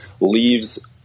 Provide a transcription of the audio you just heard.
leaves